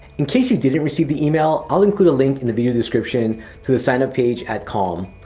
in case you didn't receive the email, i'll include a link in the video description to the sign-up page at calm.